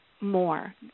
more